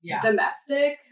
domestic